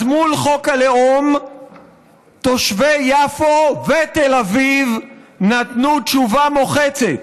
אז מול חוק הלאום תושבי יפו ותל אביב נתנו תשובה מוחצת: